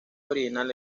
original